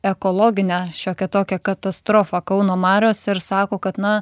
ekologinę šiokią tokią katastrofą kauno marios ir sako kad na